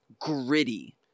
gritty